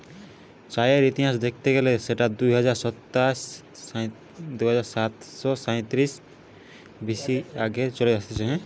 চায়ের ইতিহাস দেখতে গেলে সেটা দুই হাজার সাতশ সাইতিরিশ বি.সি থেকে চলে আসতিছে